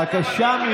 חבר הכנסת סעדי, בבקשה.